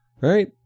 right